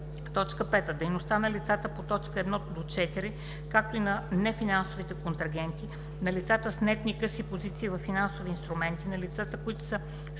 т. 5: „5. дейността на лицата по т. 1-4, както и на нефинансовите контрагенти, на лицата с нетни къси позиции във финансови инструменти, на лицата, които са